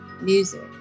music